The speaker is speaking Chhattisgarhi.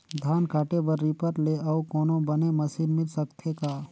धान काटे बर रीपर ले अउ कोनो बने मशीन मिल सकथे का?